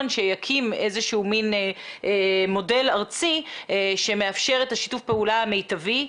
שיקים מן מודל ארצי שמאפשר את שיתוף הפעולה המיטבי.